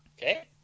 Okay